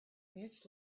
mutes